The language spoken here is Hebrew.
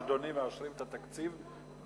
מאשרים את התקציב,